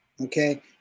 okay